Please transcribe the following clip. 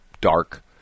dark